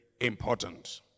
important